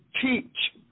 teach